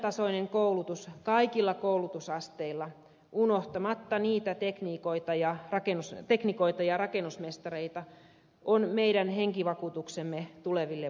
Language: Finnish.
hyvätasoinen koulutus kaikilla koulutusasteilla unohtamatta niitä teknikoita ja rakennusmestareita on meidän henkivakuutuksemme tuleville vuosille